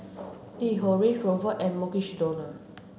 LiHo Range Rover and Mukshidonna